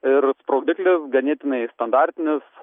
ir sprogdiklis ganėtinai standartinis